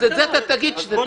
אז את זה אתה תגיד כשתדבר.